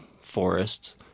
forests